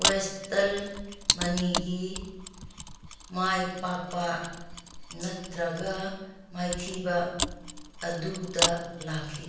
ꯋꯦꯁꯇꯜ ꯃꯅꯤꯒꯤ ꯃꯥꯏ ꯄꯥꯛꯄ ꯅꯠꯇ꯭ꯔꯒ ꯃꯥꯏꯊꯤꯕ ꯑꯗꯨꯗ ꯂꯥꯛꯈꯤ